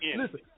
Listen